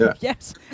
Yes